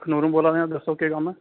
अखनुरुं बोलां दे आं दस्सो केह् कम्म ऐ